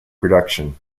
production